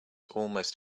almost